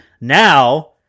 now